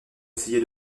essayer